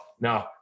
no